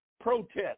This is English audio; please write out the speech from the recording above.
protest